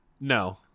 No